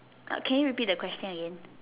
can you repeat that question again